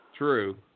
True